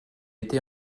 été